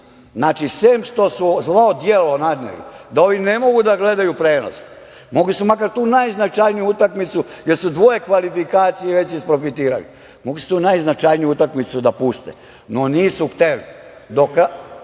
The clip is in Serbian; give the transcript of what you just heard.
ima“.Znači, sem što su zlo delo nadneli da ovi ne mogu da gledaju prenos, mogli su makar tu najznačajniju utakmicu, jer su dve kvalifikacije već isprofitirali, mogli su tu najznačajniju utakmicu da puste. No, nisu hteli.